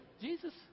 Jesus